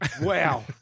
Wow